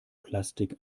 plastik